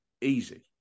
easy